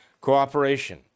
cooperation